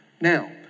Now